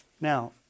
Now